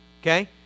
Okay